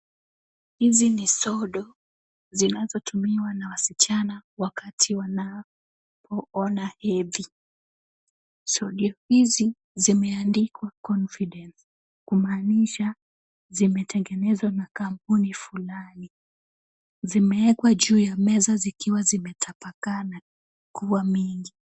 Hizi ni sodo zinazotumiwa na wasichana wakati wanaona hedhi. Sodo hizi zimeandikwa confidence kumaanisha zimetengenezwa na kampuni ya fulani, zimewekwa juu ya meza zikiwa zimetapakaa na kuwa mingi.